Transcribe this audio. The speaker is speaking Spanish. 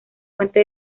fuente